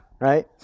right